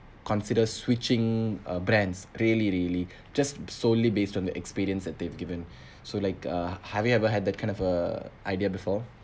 consider switching uh brands really really just solely based on the experience that they have given so like uh have you ever had that kind of uh idea before